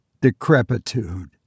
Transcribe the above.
decrepitude